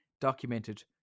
documented